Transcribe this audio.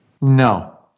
No